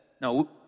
no